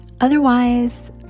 otherwise